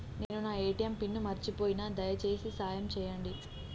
నేను నా ATM pin మర్చిపోయిన, దయచేసి సాయం చేయండి